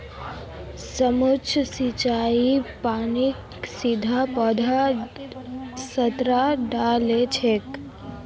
सूक्ष्म सिंचाईत पानीक सीधा पौधार सतहत डा ल छेक